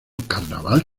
carnaval